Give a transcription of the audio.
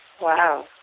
Wow